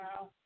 Wow